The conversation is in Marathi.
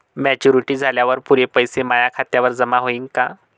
मॅच्युरिटी झाल्यावर पुरे पैसे माया खात्यावर जमा होईन का?